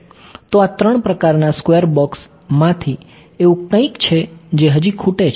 તો આ ત્રણ પ્રકારના સ્ક્વેર બૉક્સ માંથી એવું કંઈક છે જે હજી ખૂટે છે